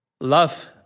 Love